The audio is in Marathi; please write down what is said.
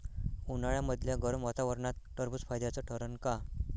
उन्हाळ्यामदल्या गरम वातावरनात टरबुज फायद्याचं ठरन का?